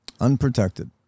Unprotected